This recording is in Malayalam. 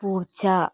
പൂച്ച